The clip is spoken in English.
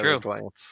true